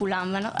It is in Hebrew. לכולם.